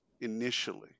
initially